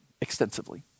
extensively